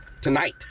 Tonight